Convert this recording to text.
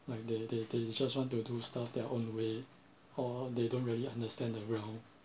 like they they they just want to do stuff their own way or they don't really understand the real